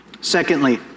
Secondly